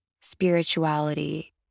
spirituality